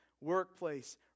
workplace